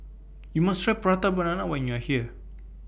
YOU must Try Prata Banana when YOU Are here